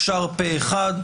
אושר פה אחד.